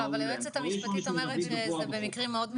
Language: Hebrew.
לא, אבל היועמ"ש אומרת, שזה במקרים מאוד מצומצמים.